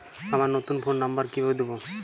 আমার নতুন phone number কিভাবে দিবো?